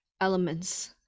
elements